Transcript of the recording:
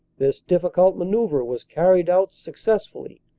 this difficult mana uvre was carried out success fully,